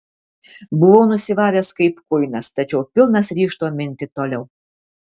buvau nusivaręs kaip kuinas tačiau pilnas ryžto minti toliau